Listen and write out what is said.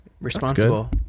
Responsible